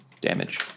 Damage